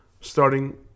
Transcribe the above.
starting